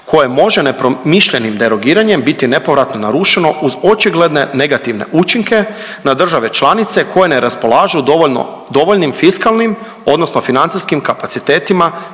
koje može nepromišljenim derogiranjem biti nepovratno narušeno uz očigledne negativne učinke na države članice koje ne raspolažu dovoljnim fiskalnim odnosno financijskim kapacitetima